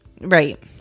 Right